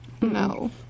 No